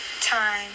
Time